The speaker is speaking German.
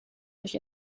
durch